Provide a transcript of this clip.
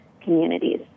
communities